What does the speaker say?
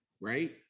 right